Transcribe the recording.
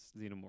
Xenomorph